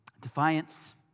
Defiance